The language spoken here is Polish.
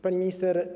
Pani Minister!